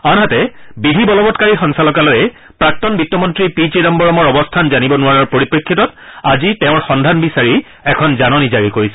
আনহাতে বিধি বলবৎকাৰী সঞ্চালকালয়ে প্ৰাক্তন বিত্তমন্ত্ৰী পি চিদাম্বৰমৰ অৱস্থান জানিব নোৱাৰাৰ পৰিপ্ৰেক্ষিতত আজি তেওঁৰ সন্ধান বিচাৰি এখন জাননী জাৰি কৰিছে